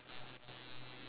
okay